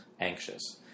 anxious